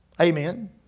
Amen